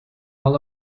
all